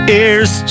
ears